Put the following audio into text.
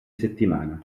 settimana